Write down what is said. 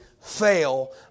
fail